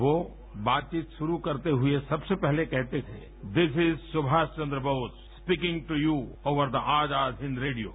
वो बातचीत शुरू करते हुए सबसे पहले कहते थे this is Subhash Chandra Bose speaking to you over the Azad Hind radio